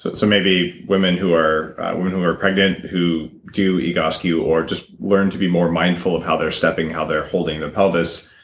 but so maybe women who are women who are pregnant who do egoscue, or just learn to be more mindful of how they're stepping, how they're holding their pelvis,